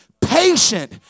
patient